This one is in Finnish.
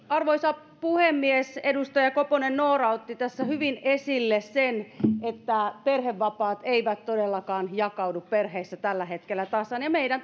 arvoisa puhemies edustaja noora koponen otti tässä hyvin esille sen että perhevapaat eivät todellakaan jakaudu perheissä tällä hetkellä tasan meidän